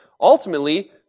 ultimately